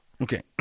Okay